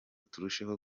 turusheho